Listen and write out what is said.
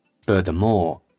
Furthermore